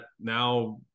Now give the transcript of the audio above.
now –